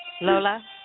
Lola